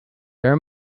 air